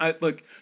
look